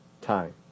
time